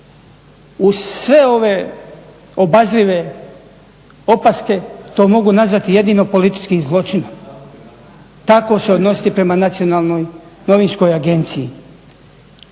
Uz sve ova obazrive opaske to mogu nazvati jedino političkim zločinom, tako se odnositi prema Nacionalnoj novinskoj agenciji.